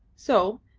so,